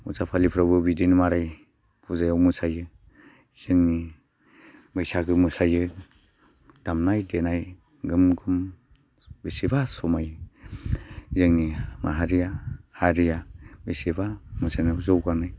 अजा फालिफ्रावबो बिदिनो माराय फुजायाव मोसायो जोंनि बैसागो मोसायो दामनाय देनाय गोम गुम बेसेबा समायो जोंनि माहारिया हारिया बेसेबा मोसानायाव जौगानाय